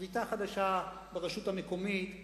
שביתה חדשה ברשות המקומית,